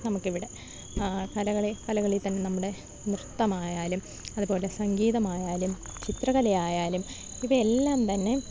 നമുക്കിവിടെ കലകളി കലകളിൽ തന്നെ നമ്മുടെ നൃത്തമായാലും അത്പോലെ സംഗീതമായാലും ചിത്രകലയായാലും ഇവയെല്ലാം തന്നെ